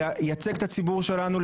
לייצג את הציבור שלנו,